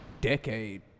decade